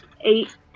eight